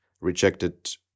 rejected